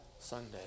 Sunday